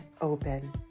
open